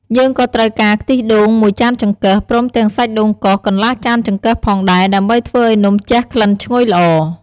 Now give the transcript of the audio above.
យើងក៏ត្រូវការខ្ទិះដូង ១ ចានចង្កឹះ ព្រមទាំងសាច់ដូងកោស កន្លះចានចង្កឹះផងដែរ ដើម្បីធ្វើឱ្យនំជះក្លិនឈ្ងុយល្អ។